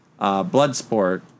Bloodsport